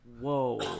whoa